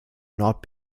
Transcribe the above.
not